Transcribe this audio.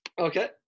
Okay